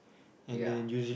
ya